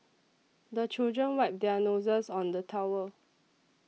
the children wipe their noses on the towel